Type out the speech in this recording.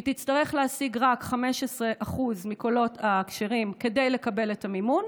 תצטרך להשיג רק 15% מהקולות הכשרים כדי לקבל את המימון,